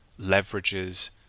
leverages